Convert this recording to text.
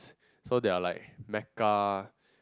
so they are like makeup